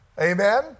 Amen